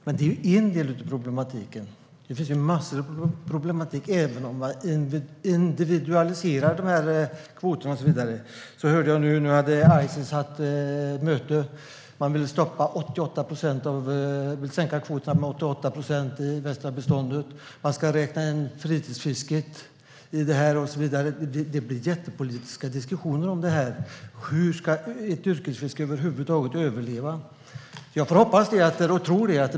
Detta är en del av problematiken. Det finns massor av problematik även om vi individualiserar de här kvoterna. Jag hörde att Ices hade haft möte. Man ville sänka kvoterna med 88 procent i det västra beståndet. Man ska räkna in fritidsfisket i det här och så vidare. Det blir jättepolitiska diskussioner om det här: Hur ska ett yrkesfiske över huvud taget överleva? Jag får hoppas och tro det.